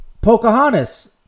Pocahontas